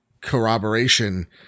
corroboration